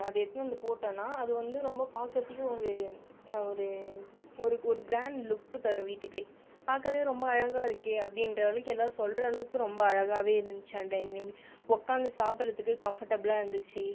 அதை எடுத்துனு வந்து போட்டோனால் அது வந்து ரொம்ப பார்க்குறதுக்கே ஒரு ஒரு ஒரு ஒரு கிராண்ட் லுக்கு தரும் வீட்டுக்கே பார்க்கவே ரொம்ப அழகாக இருக்கே அப்படிங்ற அளவுக்கு எல்லா சொல்கிற அளவுக்கு ரொம்ப அழகாகவே இருந்துச்சு அந்த டைனிங் டேபிள் உக்காந்து சாப்பிடுறதுக்கு கம்ஃபர்ட்டபிளாக இருந்துச்சு